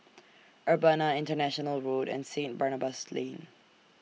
Urbana International Road and Saint Barnabas Lane